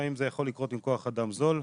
לפעמים זה יכול לקרות עם כוח אדם זול.